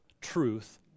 truth